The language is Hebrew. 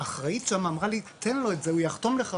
האחראית שם אמרה לי: תן לו את זה, הרופא יחתום לך,